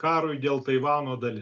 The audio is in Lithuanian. karui dėl taivano dali